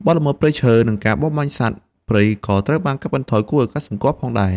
បទល្មើសព្រៃឈើ និងការបរបាញ់សត្វព្រៃក៏ត្រូវបានកាត់បន្ថយគួរឱ្យកត់សម្គាល់ផងដែរ។